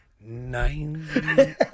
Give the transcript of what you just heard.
Nine